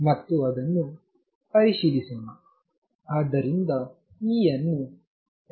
ಮತ್ತು ಅದನ್ನು ಪರಿಶೀಲಿಸೋಣ